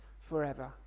forever